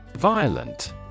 Violent